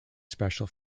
special